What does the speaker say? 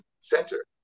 center